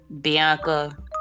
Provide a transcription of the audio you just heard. Bianca